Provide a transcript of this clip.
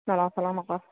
নকৰে